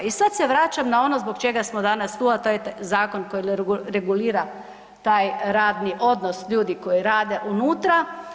I sad se vraćam na ono zbog čega smo danas tu, a to je zakon koji regulira taj radni odnos ljudi koji rade unutra.